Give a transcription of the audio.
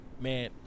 Man